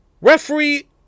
Referee